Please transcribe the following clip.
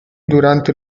durante